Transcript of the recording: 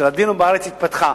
הלדינו בארץ התפתחה.